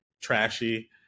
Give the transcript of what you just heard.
trashy